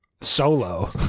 solo